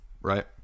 right